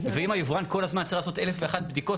ואם היבואן כל הזמן צריך לעשות אלף ואחת בדיקות,